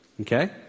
Okay